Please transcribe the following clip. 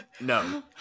no